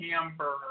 hamburger